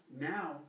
Now